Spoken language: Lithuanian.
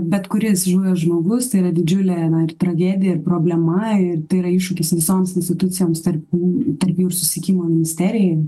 bet kuris žuvęs žmogus yra didžiulė ir tragedija problema ir tai yra iššūkis visoms institucijoms tarp jų tarp jų ir susisiekimo ministerijai